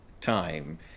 time